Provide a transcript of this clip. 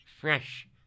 Fresh